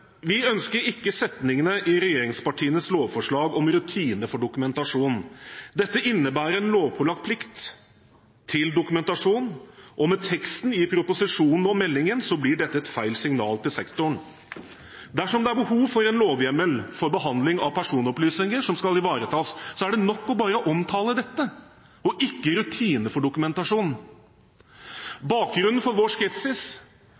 Vi ønsker ikke setningene i regjeringspartienes lovforslag om rutine for dokumentasjon. Dette innebærer en lovpålagt plikt til dokumentasjon, og med teksten i proposisjonen og meldingen blir dette et feil signal til sektoren. Dersom det er behov for en lovhjemmel for behandling av personopplysninger som skal ivaretas, er det nok bare å omtale dette, og ikke «rutine for dokumentasjon». Bakgrunnen for vår skepsis